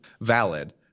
valid